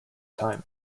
time